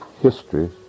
history